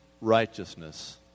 righteousness